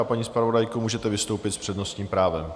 Paní zpravodajko, můžete vystoupit s přednostním právem.